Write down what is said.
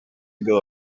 ago